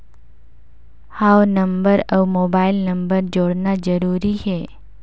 हव नंबर अउ mobile number जोड़ना जरूरी हे?